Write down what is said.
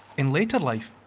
in later life,